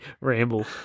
ramble